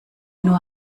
nur